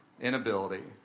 inability